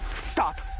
Stop